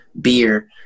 beer